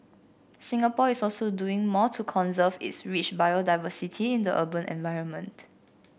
Singapore is also doing more to conserve its rich biodiversity in the urban environment